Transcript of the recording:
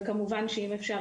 וכמובן שאם יהיה אפשר